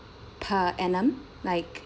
per annum like